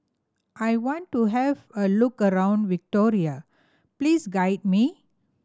I want to have a look around Victoria please guide me